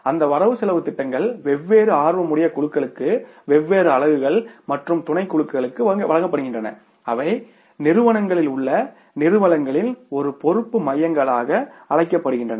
அந்த வரவுசெலவுத்திட்டங்கள் வெவ்வேறு ஆர்வமுடைய குழுக்களுக்கு வெவ்வேறு அலகுகள் மற்றும் துணைக்குழுக்களுக்கு வழங்கப்படுகின்றன அவை நிறுவனங்களில் உள்ள நிறுவனங்களில் ஒரு பொறுப்பு மையங்களாக அழைக்கப்படுகின்றன